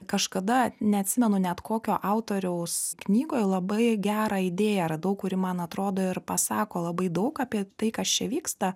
kažkada neatsimenu net kokio autoriaus knygoj labai gerą idėją radau kuri man atrodo ir pasako labai daug apie tai kas čia vyksta